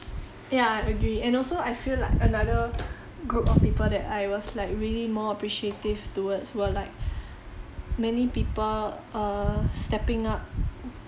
ya agree and also I feel like another group of people that I was like really more appreciative towards were like many people err stepping up